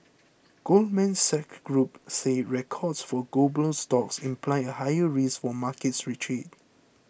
Goldman Sachs Group says records for global stocks imply a higher risk for a market retreat